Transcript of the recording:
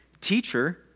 Teacher